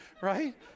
Right